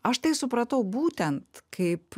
aš tai supratau būtent kaip